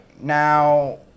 Now